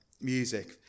music